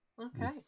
Okay